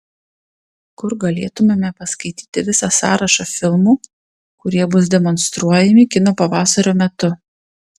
kur galėtumėme paskaityti visą sąrašą filmų kurie bus demonstruojami kino pavasario metu